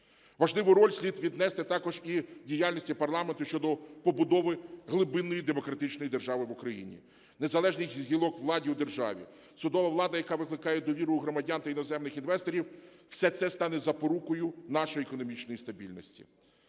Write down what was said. Важливу роль слід віднести також і діяльності парламенту щодо побудови глибинної демократичної держави в Україні. Незалежність гілок влади у державі, судова влада, яка викликає довіру у громадян та іноземних інвесторів – все це стане запорукою нашої економічної стабільності.